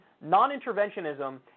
non-interventionism